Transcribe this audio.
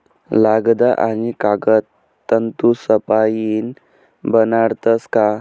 लगदा आणि कागद तंतूसपाईन बनाडतस का